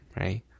right